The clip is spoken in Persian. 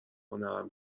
هنرم